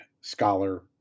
scholar